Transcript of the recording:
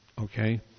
okay